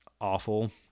awful